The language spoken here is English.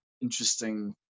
interesting